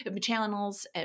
channels